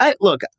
look